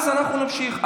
אז אנחנו נמשיך,